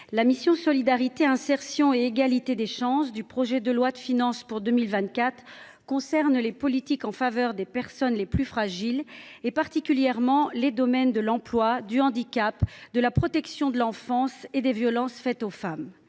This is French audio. la mission « Solidarité, insertion et égalité des chances » du projet de loi de finances pour 2024 concerne les politiques en faveur des personnes les plus fragiles, particulièrement les politiques de l’emploi, du handicap, de la protection de l’enfance et de lutte contre les violences faites aux femmes.